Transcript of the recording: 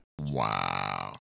Wow